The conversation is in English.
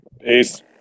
Peace